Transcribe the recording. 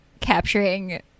capturing